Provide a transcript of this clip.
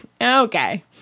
Okay